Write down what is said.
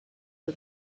for